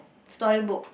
story book